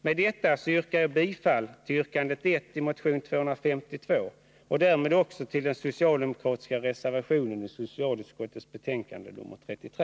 Med detta yrkar jag bifall till yrkande 1 i motion 252 och därmed också till den socialdemokratiska reservationen i socialutskottets betänkande nr 33.